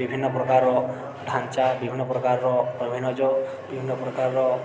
ବିଭିନ୍ନ ପ୍ରକାରର ଢାଞ୍ଚା ବିଭିନ୍ନ ପ୍ରକାରର ଅଭିନଜ ବିଭିନ୍ନ ପ୍ରକାରର